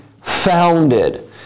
founded